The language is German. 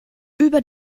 über